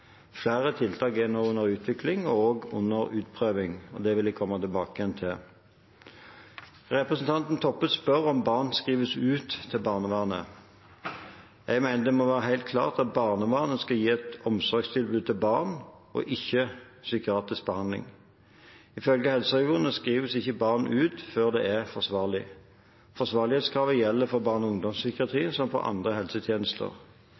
Flere tiltak er nå under utvikling og utprøving, og det vil jeg komme tilbake til. Representanten Toppe spør om barn skrives ut til barnevernet. Jeg mener det må være helt klart at barnevernet skal gi et omsorgstilbud til barn, ikke psykiatrisk behandling. Ifølge helseregionene skrives ikke barn ut før det er forsvarlig. Forsvarlighetskravet gjelder for barne- og ungdomspsykiatrien som for andre helsetjenester.